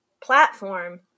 platform